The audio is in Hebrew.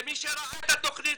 ומי שראה את התוכנית